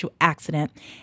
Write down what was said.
accident